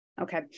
Okay